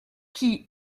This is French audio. qui